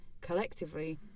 Collectively